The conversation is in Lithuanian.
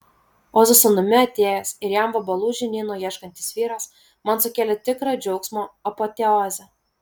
o su sūnumi atėjęs ir jam vabalų žinyno ieškantis vyras man sukėlė tikrą džiaugsmo apoteozę